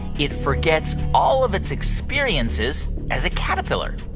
it forgets all of its experiences as a caterpillar?